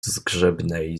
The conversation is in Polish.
zgrzebnej